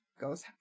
goes